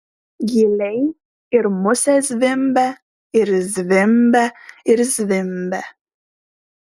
gyliai ir musės zvimbia ir zvimbia ir zvimbia